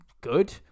good